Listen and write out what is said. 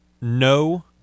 no